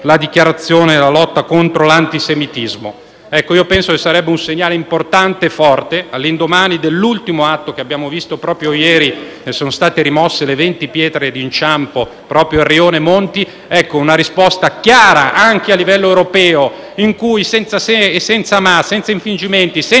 la richiesta di inserire la lotta contro l'antisemitismo. Penso che questo sarebbe un segnale importante e forte, all'indomani dell'ultimo atto che abbiamo visto proprio ieri, quando sono state rimosse le venti «pietre d'inciampo» nel Rione Monti. Ebbene, serve una risposta chiara anche a livello europeo per cui, senza se e senza ma, senza infingimenti, senza